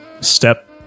step